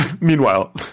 Meanwhile